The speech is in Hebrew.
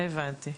הבנתי.